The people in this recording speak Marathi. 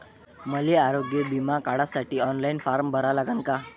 मले आरोग्य बिमा काढासाठी ऑनलाईन फारम भरा लागन का?